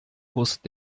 brust